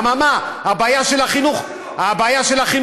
למה מה, הבעיה של החינוך, מי אמר שלא?